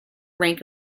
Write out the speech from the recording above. rank